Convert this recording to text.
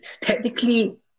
Technically